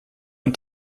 und